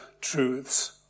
truths